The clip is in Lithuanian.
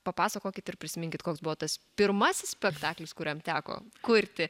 papasakokit ir prisiminkit koks buvo tas pirmasis spektaklis kuriam teko kurti